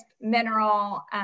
mineral